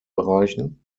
bereichen